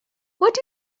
what